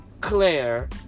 Claire